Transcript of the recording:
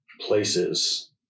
Places